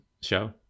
show